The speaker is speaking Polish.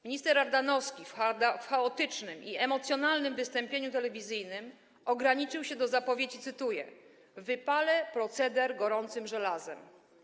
Minister Ardanowski w chaotycznym i emocjonalnym wystąpieniu telewizyjnym ograniczył się do zapowiedzi, cytuję: wypalimy proceder gorącym żelazem.